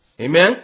Amen